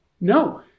No